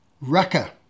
raka